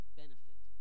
benefit